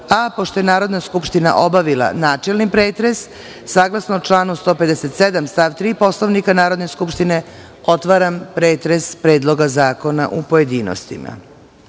je Narodna skupština obavila načelni pretres, saglasno članu 157. stav 3. Poslovnika Narodne skupštine, otvaram pretres Predloga zakona u pojedinostima. Član